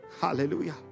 Hallelujah